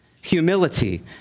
humility